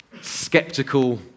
skeptical